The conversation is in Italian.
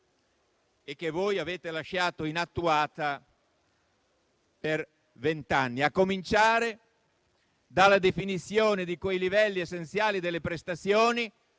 e che voi avete lasciato inattuata per vent'anni. Tutto ciò a cominciare dalla definizione di quei livelli essenziali delle prestazioni,